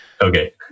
Okay